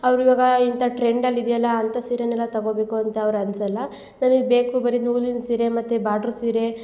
ಅವ್ರು ಈವಾಗ ಇಂತ ಟ್ರೆಂಡಲ್ಲಿ ಇದೆಯಲ್ಲ ಅಂತ ಸೀರೆನೆಲ್ಲ ತಗೊಬೇಕು ಅಂತ ಅವ್ರ್ಗೆ ಅನ್ಸಲ್ಲ ನಮಗೆ ಬೇಕು ಬರಿ ನೂಲಿನ ಸೀರೆ ಮತ್ತು ಬಾಡ್ರು ಸೀರೆ